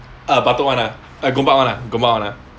uh batok [one] ah gombak [one] ah gombak [one] ah